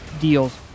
deals